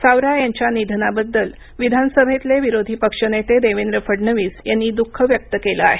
सावरा यांच्या निधनाबद्दल विधानसभेतले विरोधी पक्षनेते देवेंद्र फडणवीस यांनी द्रःख व्यक्त केलं आहे